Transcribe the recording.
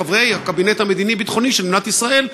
חברי הקבינט המדיני-ביטחוני של מדינת ישראל,